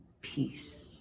peace